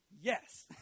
Yes